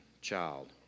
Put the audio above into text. child